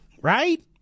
right